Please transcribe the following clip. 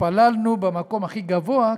התפללנו במקום הכי גבוה,